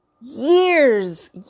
years